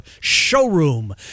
showroom